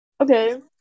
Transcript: Okay